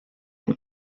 and